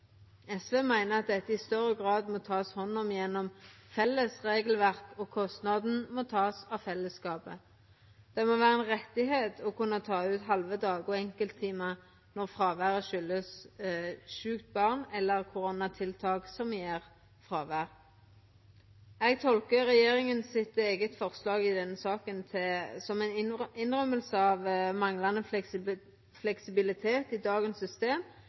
SV meiner at dette i større grad må takast hand om gjennom eit felles regelverk, og at kostnaden må takast av fellesskapet. Det må vera ein rett å kunna ta ut halve dagar og enkelttimar når fråværet kjem av sjukt barn eller koronatiltak som gjev fråvær. Eg tolkar forslaget frå regjeringa i denne saka som ei innrømming av manglande fleksibilitet i dagens system.